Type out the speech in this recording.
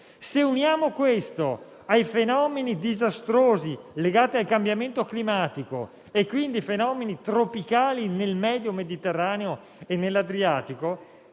Se uniamo questo ai fenomeni disastrosi legati al cambiamento climatico e quindi a quelli tropicali nel medio Mediterraneo e nell'Adriatico,